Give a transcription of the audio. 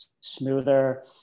smoother